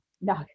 no